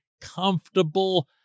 comfortable